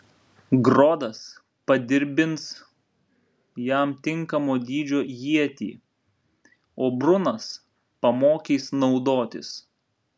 grodas padirbins jam tinkamo dydžio ietį o brunas pamokys naudotis